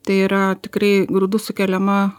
tai yra tikrai grūdų sukeliama